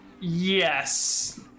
Yes